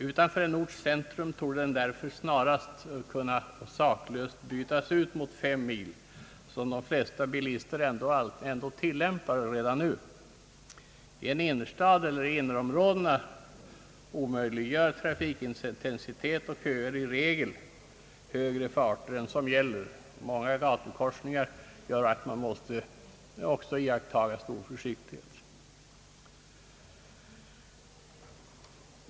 Utanför en orts centrum borde den nog därför snarast kunna bytas ut mot 50 kilometer, en hastighet som de flesta bilister ändå tillämpar. I en innerstad eller i innerområdena omöjliggör trafikintensiteten som regel högre farter än de som tillåtes. Många gatukorsningar gör att bilisterna också måste iaktta stor försiktighet.